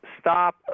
stop